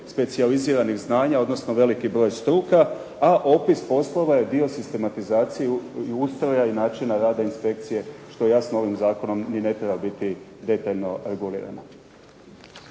specijaliziranih znanja, odnosno veliki broj struka, a opis poslova je dio sistematizacije, ustroja i načina rada inspekcije, što jasno ovim zakonom ni ne treba biti detaljno regulirano.